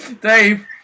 Dave